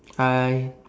I